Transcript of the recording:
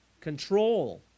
control